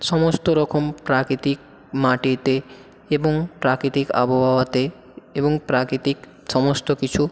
সমস্ত রকম প্রাকৃতিক মাটিতে এবং প্রাকৃতিক আবহাওয়াতে এবং প্রাকৃতিক সমস্ত কিছু